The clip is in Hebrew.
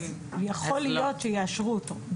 אז יכול להיות שיאשרו אותו.